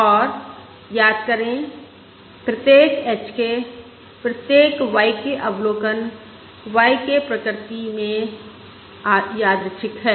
और याद करें प्रत्येक h k प्रत्येक y k अवलोकन yk प्रकृति में यादृच्छिक है